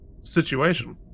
situation